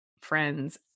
friends